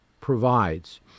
provides